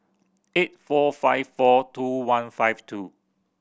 eight four five four two one five two